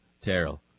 Terrell